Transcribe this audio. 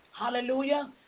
Hallelujah